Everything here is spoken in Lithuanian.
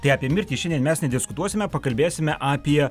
tai apie mirtį šiandien mes nediskutuosime pakalbėsime apie